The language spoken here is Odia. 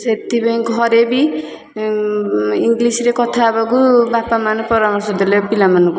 ସେଥିପାଇଁ ଘରେ ବି ଇଂଲିଶରେ କଥା ହେବାକୁ ବାପାମାନେ ପରାମର୍ଶ ଦେଲେ ପିଲାମାନଙ୍କୁ